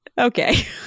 okay